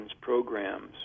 programs